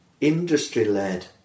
industry-led